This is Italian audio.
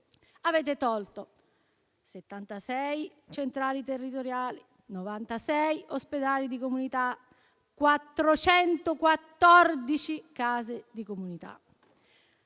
avete tolto 76 centrali territoriali, 96 ospedali di comunità e 414 case di comunità.